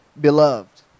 beloved